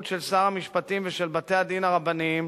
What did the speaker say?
של שר המשפטים ושל בתי-הדין הרבניים,